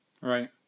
Right